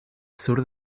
sur